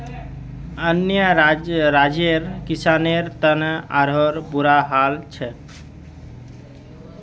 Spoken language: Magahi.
अन्य राज्यर किसानेर त आरोह बुरा हाल छेक